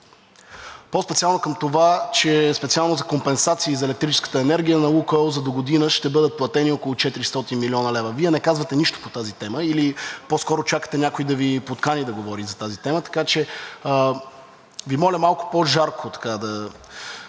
по-специално за това, че за компенсации на „Лукойл“ за електрическата енергия за догодина ще бъдат платени около 400 млн. лв. Вие не казвате нищо по тази тема, или по-скоро чакате някой да Ви подкани да говорите за тази тема, така че Ви моля малко по-жарко да